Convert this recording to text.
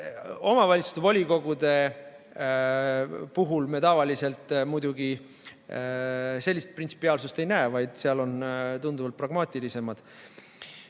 Omavalitsuste volikogude puhul me tavaliselt muidugi sellist printsipiaalsust ei näe, seal on tunduvalt pragmaatilisemad